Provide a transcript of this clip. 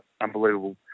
unbelievable